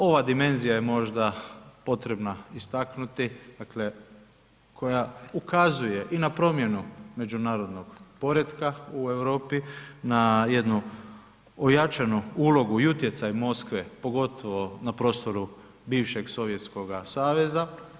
Ova dimenzija je možda potrebna istaknuti koja ukazuje i na promjenu međunarodnog poretka u Europi, na jednu ojačanu ulogu i utjecaj Moskve, pogotovo na prostoru bivšeg Sovjetskog saveza.